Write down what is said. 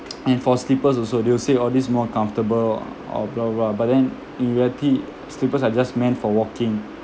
and for slippers also they will say oh this is more comfortable or blah blah blah but then in reality slippers are just meant for walking